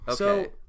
Okay